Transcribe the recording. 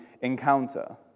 encounter